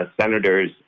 Senators